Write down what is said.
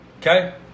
Okay